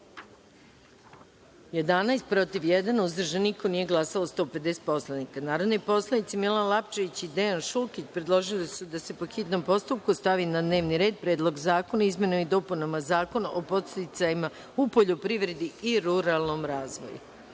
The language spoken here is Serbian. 11, protiv – jedan, uzdržan – niko, nije glasalo 150 poslanika. Narodni poslanici Milan Lapčević i Dejan Šukić, predložili su da se po hitnom postupku stavi na dnevni red Predlog zakona o izmenama i dopunama Zakona o podsticajima u poljoprivredi i ruralnom razvoju. Stavljam